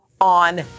On